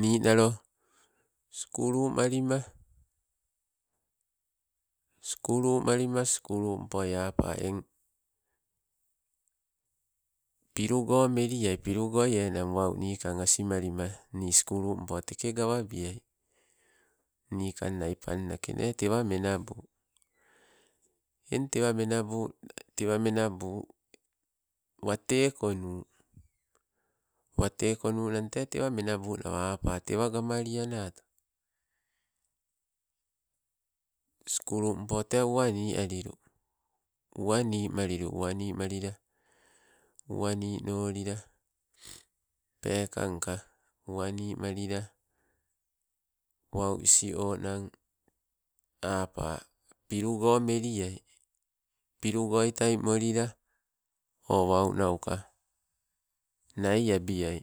Ninalo skulumalima, skulumalima skulumpoi apa, eng pilugo meli ai pilugoi enang wau nikang asimalima nii skulumpo mpo teke gawabiai. Nikannai pannake ne tewa menabu eng tewa menabu, tewa menabu, wate konnu wate konnu nante tewa manabunawa apa tewa gamali anato. Skulumpo tee uwani alilu, uwanimalilu, uwanimalila, uwaninolila pekangka uwaninalila wau isi onan apa pilogo meliai pilugoitai molile, oh maunanka nai abiai.